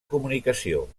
comunicació